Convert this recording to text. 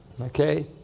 Okay